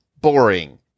boring